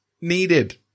needed